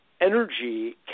energy